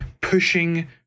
pushing